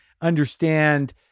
understand